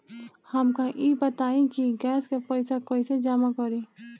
हमका ई बताई कि गैस के पइसा कईसे जमा करी?